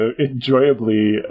enjoyably